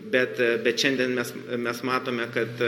bet bet šiandien mes mes matome kad